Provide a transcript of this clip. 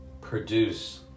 produce